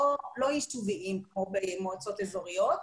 לא יישוביים כמו במועצות אזוריות,